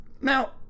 Now